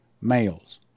males